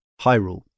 hyrule